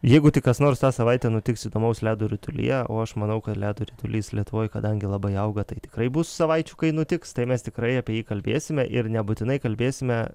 jeigu tik kas nors tą savaitę nutiks įdomaus ledo ritulyje o aš manau kad ledo ritulys lietuvoj kadangi labai auga tai tikrai bus savaičių kai nutiks tai mes tikrai apie jį kalbėsime ir nebūtinai kalbėsime